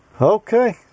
okay